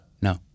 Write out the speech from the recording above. no